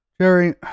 Jerry